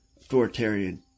Authoritarian